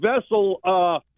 vessel